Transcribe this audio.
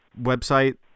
website